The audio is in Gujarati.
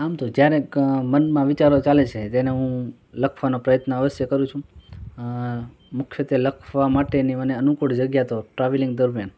આમ તો જ્યારે ક મનમાં વિચારો ચાલે છે તેને હું લખવાનો પ્રયત્ન અવશ્ય કરું છું મુખ્યત્ત્વે લખવા માટેની મને અનુકૂળ જગ્યા તો ટ્રાવેલિંગ દરમ્યાન